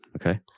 okay